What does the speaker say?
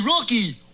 Rocky